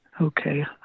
Okay